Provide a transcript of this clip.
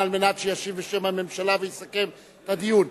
ארדן, על מנת שישיב בשם הממשלה ויסכם את הדיון.